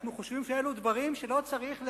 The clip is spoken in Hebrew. אנחנו חושבים שאלו דברים שלא צריך להגיד,